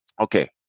okay